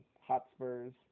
Hotspurs